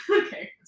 Okay